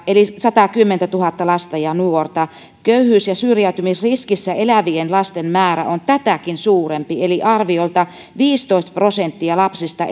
eli sataakymmentätuhatta lasta ja nuorta köyhyys ja syrjäytymisriskissä elävien lasten määrä on tätäkin suurempi eli arviolta viisitoista prosenttia lapsista